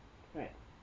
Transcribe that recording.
right